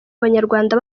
abanyarwanda